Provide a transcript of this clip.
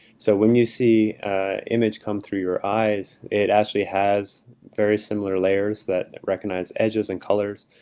so when you see an image come through your eyes, it actually has very similar layers that recognize edges and colors,